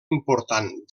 important